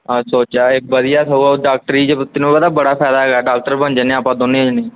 ਆਹ ਸੋਚਿਆ ਹੈ ਵਧੀਆ ਸਗੋਂ ਡਾਕਟਰੀ 'ਚ ਤੈਨੂੰ ਪਤਾ ਬੜਾ ਫਾਇਦਾ ਹੈਗਾ ਡਾਕਟਰ ਬਣ ਜਾਂਦੇ ਹਾਂ ਆਪਾਂ ਦੋਨੇ ਜਾਣੇ